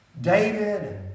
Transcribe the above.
David